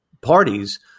parties